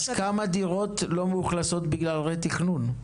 כמה דירות לא מאוכלסות בגלל רה-תכנון?